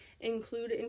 include